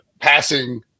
passing